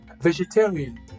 Vegetarian